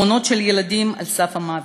תמונות של ילדים על סף המוות,